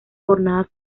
jornadas